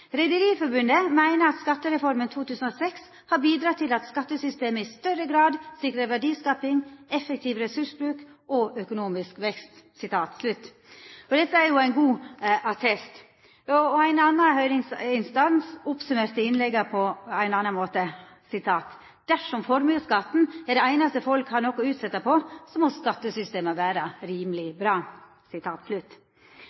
at skattereformen 2006 har bidratt til at skattesystemet i større grad sikrer verdiskaping, effektiv ressursbruk og økonomisk vekst.» Dette er jo ein god attest. Ein annan høyringsinstans oppsummerte innlegga på ein annan måte: Dersom formuesskatten er det einaste folk her har noko å utsetja på, så må skattesystemet vera